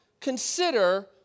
consider